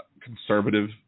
conservative